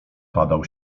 padał